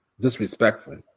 disrespectful